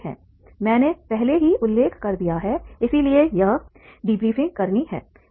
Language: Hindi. मैंने पहले ही उल्लेख कर दिया है इसलिए यह डिब्रीफिंग करनी है